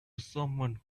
someone